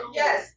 yes